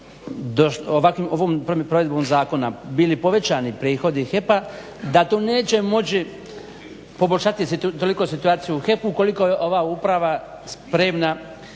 ovom provedbom zakona bili povećani prihodi HEP-a da tu neće moći poboljšati toliko situaciju u HEP-u ukoliko je ova uprava spremana